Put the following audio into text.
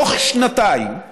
תוך שנתיים,